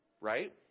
right